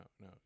no